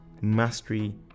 mastery